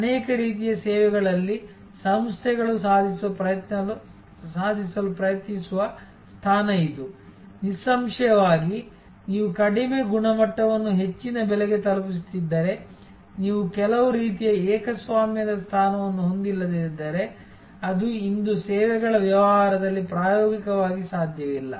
ಅನೇಕ ರೀತಿಯ ಸೇವೆಗಳಲ್ಲಿ ಸಂಸ್ಥೆಗಳು ಸಾಧಿಸಲು ಪ್ರಯತ್ನಿಸುವ ಸ್ಥಾನ ಇದು ನಿಸ್ಸಂಶಯವಾಗಿ ನೀವು ಕಡಿಮೆ ಗುಣಮಟ್ಟವನ್ನು ಹೆಚ್ಚಿನ ಬೆಲೆಗೆ ತಲುಪಿಸುತ್ತಿದ್ದರೆ ನೀವು ಕೆಲವು ರೀತಿಯ ಏಕಸ್ವಾಮ್ಯದ ಸ್ಥಾನವನ್ನು ಹೊಂದಿಲ್ಲದಿದ್ದರೆ ಅದು ಇಂದು ಸೇವೆಗಳ ವ್ಯವಹಾರದಲ್ಲಿ ಪ್ರಾಯೋಗಿಕವಾಗಿ ಸಾಧ್ಯವಿಲ್ಲ